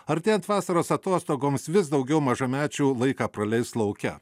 artėjant vasaros atostogoms vis daugiau mažamečių laiką praleis lauke